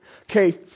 Okay